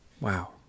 Wow